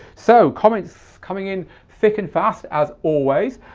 so comments coming in thick and fast as always.